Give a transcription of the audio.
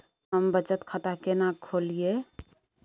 हम बचत खाता केना खोलइयै?